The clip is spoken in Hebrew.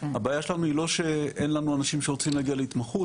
הבעיה שלנו היא לא שאין לנו אנשים שיוצאים להתמחות,